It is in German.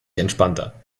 entspannter